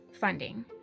funding